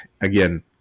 again